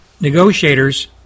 negotiators